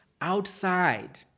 outside